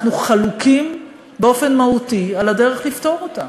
אנחנו חלוקים באופן מהותי על הדרך לפתור אותם,